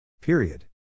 Period